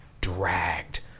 dragged